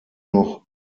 noch